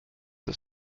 des